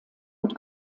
und